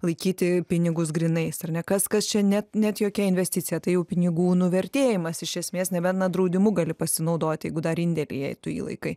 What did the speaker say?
laikyti pinigus grynais ar ne kas kas čia net net jokia investicija tai jau pinigų nuvertėjimas iš esmės nebent na draudimu gali pasinaudot jeigu dar indėlyje tu jį laikai